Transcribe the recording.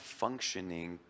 functioning